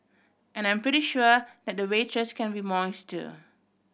and I'm pretty sure the waitress can be moist too